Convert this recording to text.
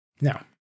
Now